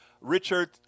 Richard